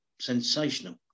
sensational